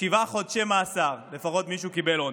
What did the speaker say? שבעה חודשי מאסר, לפחות מישהו קיבל עונש.